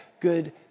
good